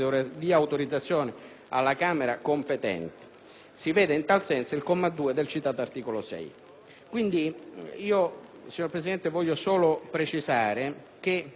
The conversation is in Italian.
(si veda in tal senso il comma 2 del citato articolo 6).